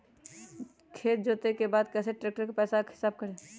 खेत जोते के बाद कैसे ट्रैक्टर के पैसा का हिसाब कैसे करें?